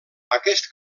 aquest